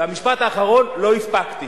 והמשפט האחרון: לא הספקתי.